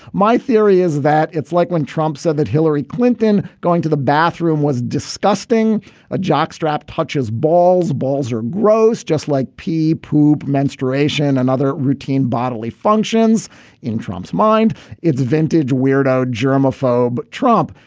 my theory is that it's like when trump said that hillary clinton going to the bathroom was disgusting a jockstrap touches balls balls or gross just like pee poop menstruation and other routine bodily functions. in trump's mind it's vintage weirdo germ phobe trump.